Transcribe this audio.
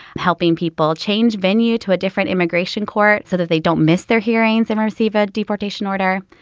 helping people change venue to a different immigration court so that they don't miss their hearings and receive a deportation order.